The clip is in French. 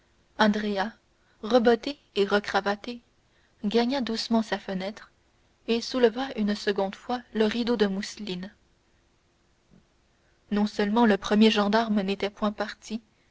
rebotté et recravaté gagna doucement sa fenêtre et souleva une seconde fois le rideau de mousseline non seulement le premier gendarme n'était point parti